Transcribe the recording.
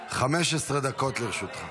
15 דקות לרשותך.